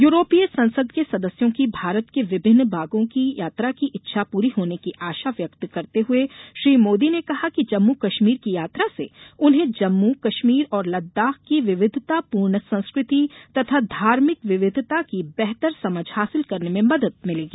यूरोपीय संसद के सदस्यों की भारत के विभिन्न भागों की यात्रा की इच्छा पूरी होने की आशा व्यक्त करते हुए श्री मोदी ने कहा कि जम्मू कश्मीर की यात्रा से उन्हें जम्मू कश्मीर और लद्दाख की विविधतापूर्ण संस्कृति तथा धार्मिक विविधता की बेहतर समझ हासिल करने में मदद मिलेगी